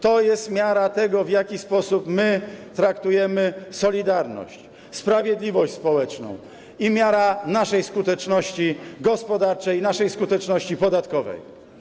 To jest miara tego, w jaki sposób traktujemy solidarność, sprawiedliwość społeczną, miara naszej skuteczności gospodarczej i naszej skuteczności podatkowej.